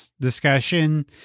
discussion